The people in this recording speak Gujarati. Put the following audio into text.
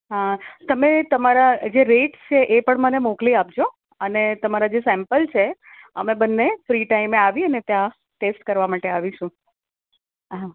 હા તમે તમારા જે રેટ છે એ પણ મને મોકલી આપજો અને તમારા જે સૅમ્પલ છે અમે બંને ફ્રી ટાઇમ એ આવીએ ને ત્યાં ટેસ્ટ કરવા માટે આવીશું હા